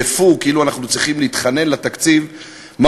אין סיכוי שמישהו שיושב פה יודע על מה